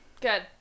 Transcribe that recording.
Good